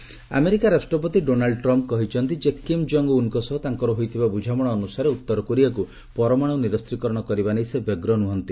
Trump North Korea America ରାଷ୍ଟ୍ରପତି Donald Trump କହିଛନ୍ତି ଯେ କିମ୍ ଜଙ୍ଗ୍ ଉନ୍ଙ୍କ ସହ ତାଙ୍କର ହୋଇଥିବା ବୁଝାମଣା ଅନୁସାରେ ଉତ୍ତର କୋରିଆକୁ ପରମାଣୁ ନିରସ୍ତିକରଣ କରିବା ନେଇ ସେ ବ୍ୟଗ୍ର ନୁହନ୍ତି